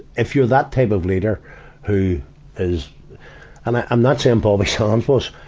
if you're that type of leader who is i'm not saying bobby sands was.